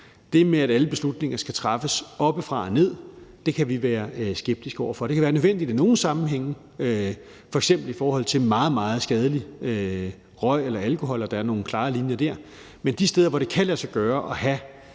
Det med, at alle beslutningerne skal træffes oppefra og ned, kan vi være skeptiske over for. Det kan være nødvendigt i nogle sammenhænge, f.eks. at der i forhold til meget, meget skadelig tobaksrøg eller alkohol er nogle meget klare linjer, men de steder, hvor det kan lade sig gøre at